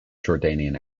jordanian